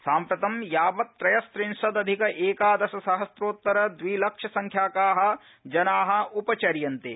साम्प्रतं यावत् त्रयस्विंशदधिक एकादश सहस्रोत्तर द्विलक्ष्य संख्याका जना उपचर्यन्ते